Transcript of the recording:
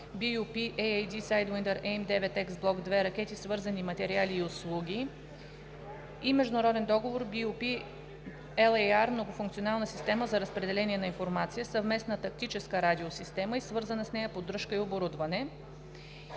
BU-P-AAD „Sidewinder AIM 9X Блок II ракети, свързани с ракети, свързани материали и услуги“, международен договор BU P-LAR „Многофункционална система за разпределение на информация – Съвместна тактическа радиосистема и свързана с нея поддръжка и оборудване“